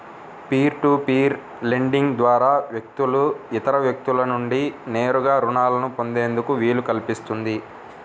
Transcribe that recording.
peer to peer lending ద్వారా వ్యక్తులు ఇతర వ్యక్తుల నుండి నేరుగా రుణాలను పొందేందుకు వీలు కల్పిస్తుంది